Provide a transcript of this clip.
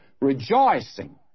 rejoicing